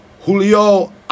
Julio